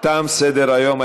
תם סדר-היום.